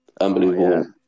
Unbelievable